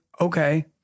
okay